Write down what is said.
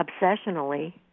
obsessionally